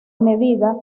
medida